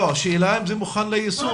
השאלה אם הוא מוכן ליישום.